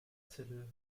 zelle